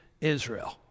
Israel